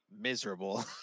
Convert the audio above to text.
miserable